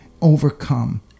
overcome